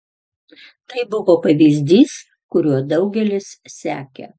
tai buvo pavyzdys kuriuo daugelis sekė